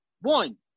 one